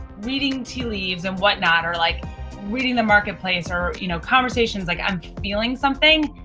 reading tea leaves and whatnot, or like reading the marketplace or you know conversations, like i'm feeling something,